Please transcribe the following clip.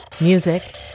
Music